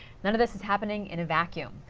none of this is happening in a vacuum.